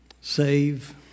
save